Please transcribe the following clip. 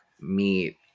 meet